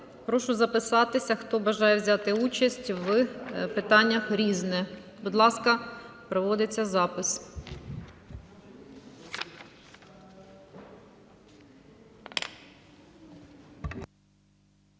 прошу записатися, хто бажає взяти участь у питанні "Різне". Будь ласка, проводиться запис.